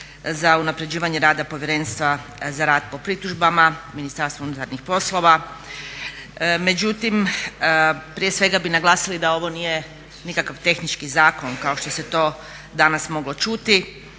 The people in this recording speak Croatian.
za unapređivanje rada Povjerenstva za rad po pritužbama Ministarstva unutarnjih poslova. Međutim prije svega bi naglasili da ovo nije nikakav tehnički zakon kao što se to danas moglo čuti,